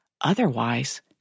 Otherwise